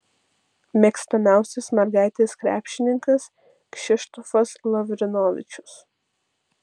mėgstamiausias mergaitės krepšininkas kšištofas lavrinovičius